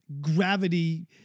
gravity